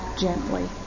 gently